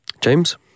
James